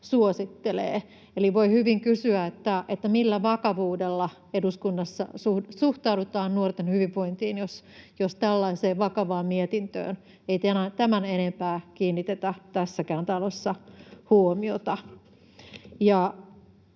suosittelee. Eli voi hyvin kysyä: millä vakavuudella eduskunnassa suhtaudutaan nuorten hyvinvointiin, jos tällaiseen vakavaan mietintöön ei tämän enempää kiinnitetä tässäkään talossa huomiota?